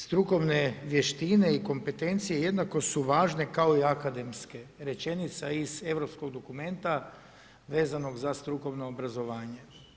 Strukovne vještine i kompetencije jednako su važne kao i akademske, rečenica iz europskog dokumenta vezanog za strukovno obrazovanje.